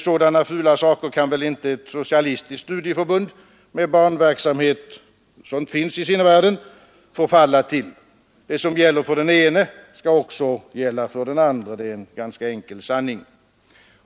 Sådana fula saker kan väl inte ett socialistiskt studieförbund med barnverksamhet — sådant finns i sinnevärlden — förfalla till? Det som gäller för den ene skall också gälla för den andre, det är en ganska enkel sanning.